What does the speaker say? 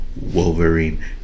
Wolverine